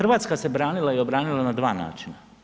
RH se branila i obranila na dva načina.